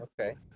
okay